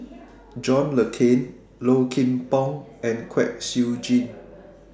John Le Cain Low Kim Pong and Kwek Siew Jin